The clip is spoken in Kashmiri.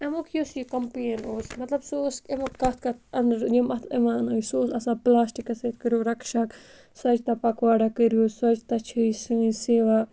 اَمیُک یُس یہِ کَمپٕلین اوس مَطلَب سُہ اوس اَمیُک کَتھ کَتھ اَندَر یِم اَتھ یِوان ٲسۍ سُہ اوس آسان پٕلاسٹِکَس سۭتۍ کٔرِو رَقشَک سۄچتہ پَکواڑا کٔرِو سۄچتاہ چھِ یہِ سٲنۍ سیوا